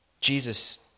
Jesus